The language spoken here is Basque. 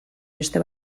beste